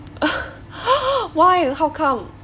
why how come